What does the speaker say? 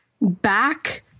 back